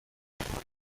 میتوانید